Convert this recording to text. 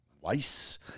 Weiss